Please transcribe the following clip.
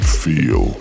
feel